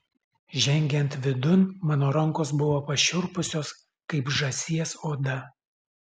žengiant vidun mano rankos buvo pašiurpusios kaip žąsies oda